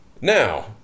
Now